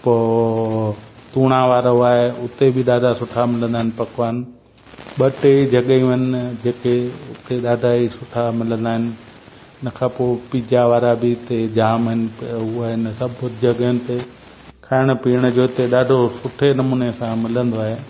पोइ तुणा वारो आहे उते बि ॾाढा सुठा मिलंदा आहिनि पकवान ॿ टे जॻहियूं आहिनि जेके उते ॾाढा ई सुठा मिलंदा आहिनि हुन खां पोइ पिज्जा वारा बि हिते जाम आहिनि पर उहा आहिनि सभु जॻहियुनि ते खाइण पीअण जो हिते ॾाढो सुठे नमूने सां मिलंदो आहे